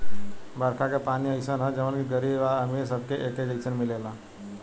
बरखा के पानी अइसन ह जवन की गरीब आ अमीर सबके एके जईसन मिलेला